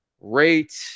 Rate